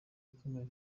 ikomeye